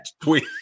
tweet